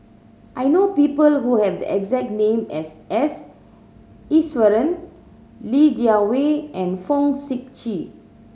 I know people who have exact name as S Iswaran Li Jiawei and Fong Sip Chee